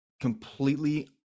completely